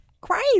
Crazy